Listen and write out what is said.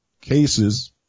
cases